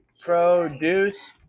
produce